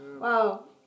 Wow